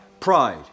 pride